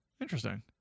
interesting